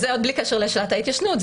זה עוד בלי קשר לשאלת ההתיישנות.